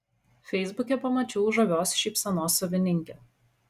feisbuke pamačiau žavios šypsenos savininkę